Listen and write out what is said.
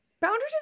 boundaries